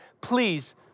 please